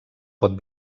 pot